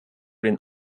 den